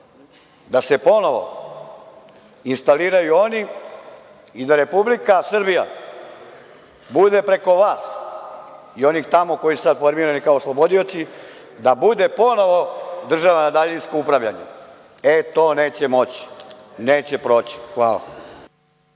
da se ponovo instaliraju oni i da Republika Srbija bude preko vas i onih tamo koji su sada formirani kao oslobodioci, da bude ponovo država na daljinsko upravljanje? E, to neće moći, neće proći. Hvala.